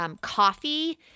coffee